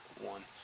one